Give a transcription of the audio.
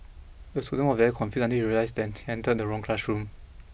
the student very confused until he realised that entered the wrong classroom